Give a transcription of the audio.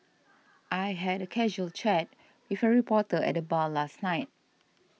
I had a casual chat with a reporter at the bar last night